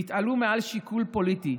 תתעלו מעל שיקול פוליטי,